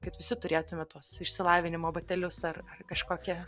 kad visi turėtume tuos išsilavinimo batelius ar ar kažkokį